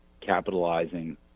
capitalizing